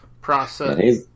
process